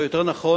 או יותר נכון